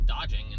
dodging